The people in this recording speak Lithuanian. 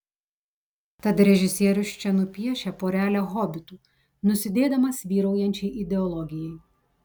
tad režisierius čia nupiešia porelę hobitų nusidėdamas vyraujančiai ideologijai